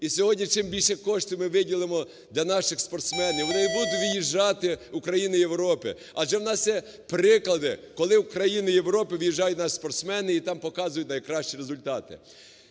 І сьогодні чим більше коштів ми виділимо для наших спортсменів, вони не будуть виїжджати у країни Європи. Адже у нас є приклади, коли у країни Європи виїжджають наші спортсмени і там показують найкращі результати.